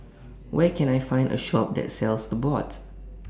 Where Can I Find A Shop that sells Abbott